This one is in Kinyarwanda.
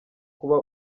kuba